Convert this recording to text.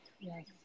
Yes